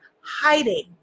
hiding